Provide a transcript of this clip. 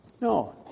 No